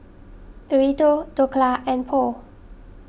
Burrito Dhokla and Pho